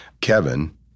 Kevin